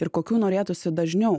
ir kokių norėtųsi dažniau